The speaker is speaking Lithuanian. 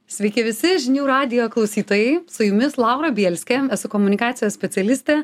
sveiki visi žinių radijo klausytojai su jumis laura bielskė esu komunikacijos specialistė